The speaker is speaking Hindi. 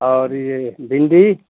और यह भिंडी